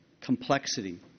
complexity